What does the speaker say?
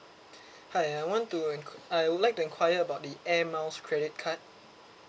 hi I want to in~ I would like to inquire about the air mile credit card